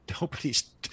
nobody's